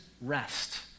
rest